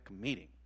meeting